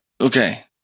Okay